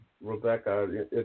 Rebecca